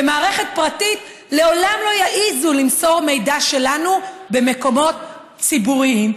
במערכת פרטית לעולם לא יעזו למסור מידע שלנו במקומות ציבוריים,